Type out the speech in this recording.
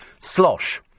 Slosh